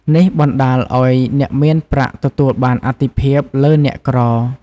នេះបណ្ដាលឲ្យអ្នកមានប្រាក់ទទួលបានអាទិភាពលើអ្នកក្រីក្រ។